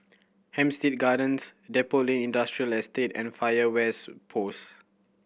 Hampstead Gardens Depot Lane Industrial Estate and Fire West Post